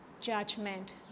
judgment